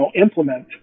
implement